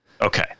Okay